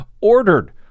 ordered